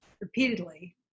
repeatedly